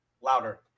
Louder